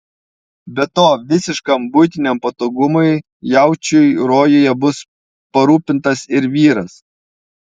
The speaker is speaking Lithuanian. be to visiškam buitiniam patogumui jaučiui rojuje bus parūpintas ir vyras